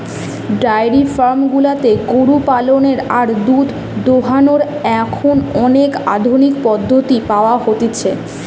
diary farm গুলাতে গরু পালনের আর দুধ দোহানোর এখন অনেক আধুনিক পদ্ধতি পাওয়া যতিছে